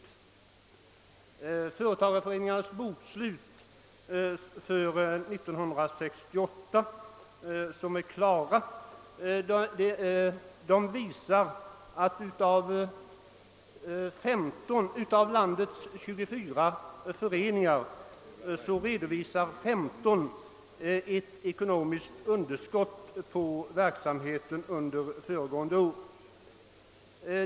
I företagareföreningarnas bokslut för 1968, som nu är klara, redovisar 15 av landets 24 föreningar ett ekonomiskt underskott på verksamheten under föregående år.